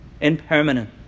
impermanent